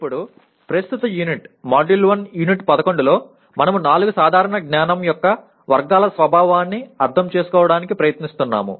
ఇప్పుడు ప్రస్తుత unit M1U11 లో మనము నాలుగు సాధారణ జ్ఞానం యొక్క వర్గాల స్వభావాన్ని అర్థం చేసుకోవడానికి ప్రయత్నిస్తున్నాము